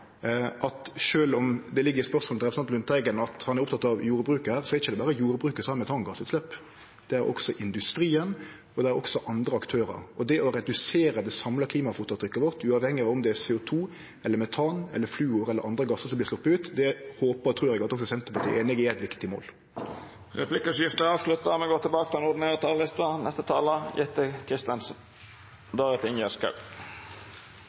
at sjølv om det ligg i spørsmålet til representanten Lundteigen at han er oppteken av jordbruket her, er det ikkje berre jordbruket som har metangassutslepp. Det har også industrien, det har også andre aktørar. Det å redusere det samla klimafotavtrykket vårt, uavhengig av om det er CO 2 eller metan eller fluor eller andre gassar som vert sleppte ut, håpar og trur eg at også Senterpartiet er einig i at er eit viktig mål. Replikkordskiftet er avslutta. Mens vi er inne på kuer, fikk jeg lyst til